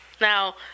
Now